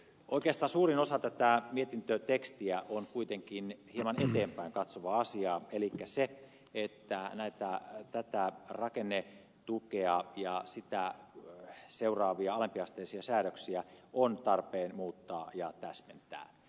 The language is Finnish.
oikeastaan suurin osa tätä mietintötekstiä on kuitenkin hieman eteenpäin katsovaa asiaa elikkä tätä rakennetukea ja sitä seuraavia alempiasteisia säädöksiä on tarpeen muuttaa ja täsmentää